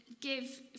give